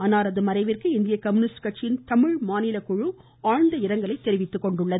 அன்னாரது மறைவிற்கு இந்திய கம்யூனிஸ்ட் கட்சியின் தமிழ் மாநில குழு ஆழ்ந்த இரங்கலை தெரிவித்துள்ளது